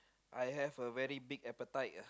I have a very big appetite uh